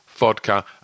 vodka